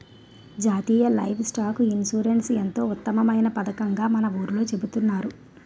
జాతీయ livestock insurance ఎంతో ఉత్తమమైన పదకంగా మన ఊర్లో చెబుతున్నారు